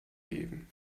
geben